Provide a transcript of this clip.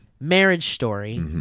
marriage story,